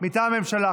מטעם הממשלה?